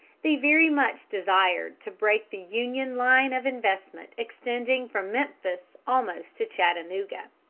they very much desired to break the union line of investment extending from memphis almost to chattanooga.